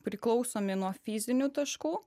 priklausomi nuo fizinių taškų